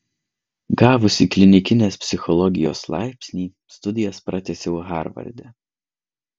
gavusi klinikinės psichologijos laipsnį studijas pratęsiau harvarde